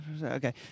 Okay